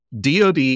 DOD